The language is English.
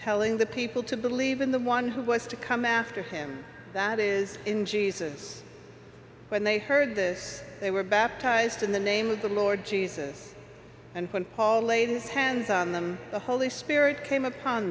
telling the people to believe in the one who was to come after him that is in jesus when they heard this they were baptized in the name of the lord jesus and when paul laid his hands on them the holy spirit came upon